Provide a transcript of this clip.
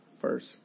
first